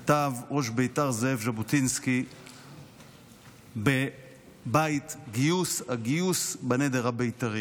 כתב ראש בית"ר זאב ז'בוטינסקי בבית הגיוס של הנדר הבית"רי.